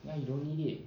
ya you don't need it